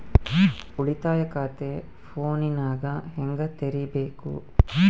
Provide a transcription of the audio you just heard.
ಉಳಿತಾಯ ಖಾತೆ ಫೋನಿನಾಗ ಹೆಂಗ ತೆರಿಬೇಕು?